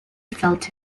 felt